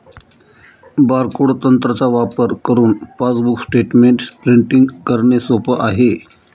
barcode तंत्राचा वापर करुन पासबुक स्टेटमेंट प्रिंटिंग करणे सोप आहे